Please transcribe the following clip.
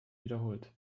wiederholt